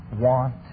want